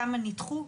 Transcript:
כמה נדחו,